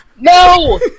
no